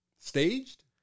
Staged